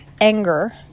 anger